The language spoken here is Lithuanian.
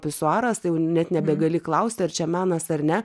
pisuaras tai jau net nebegali klausti ar čia menas ar ne